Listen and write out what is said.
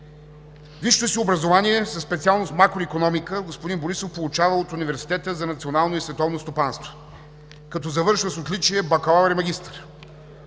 Висшето си образование със специалност „Макроикономика“ господин Борисов получава от Университета за национално и световно стопанство, като завършва с отличие „Бакалавър“ и „Магистър“.